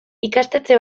ikastetxe